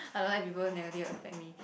I don't let people negatively affect me